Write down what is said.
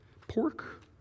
Pork